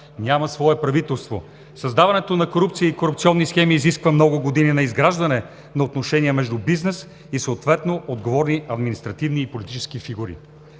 няма свое правителство. Създаването на корупция и корупционни схеми изисква много години на изграждане на отношения между бизнес и съответно отговорни административни и политически фигури.